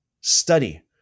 Study